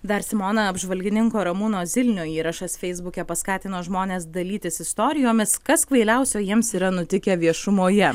dar simona apžvalgininko ramūno zilnio įrašas feisbuke paskatino žmones dalytis istorijomis kas kvailiausio jiems yra nutikę viešumoje